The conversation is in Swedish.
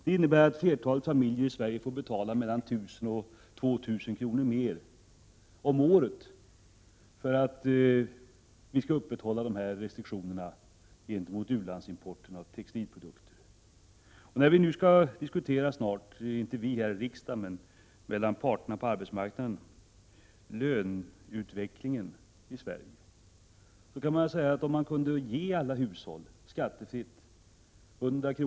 Det innebär att flertalet familjer i Sverige får betala mellan 1 000 och 2 000 kr. mer om året för att vi skall upprätthålla dessa restriktioner gentemot u-landsimporten av textilprodukter. Till arbetsmarknadens parter, som nu snart skall diskutera löneutvecklingen i Sverige, kunde man säga att man kan ge alla hushåll 100 kr.